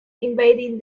invading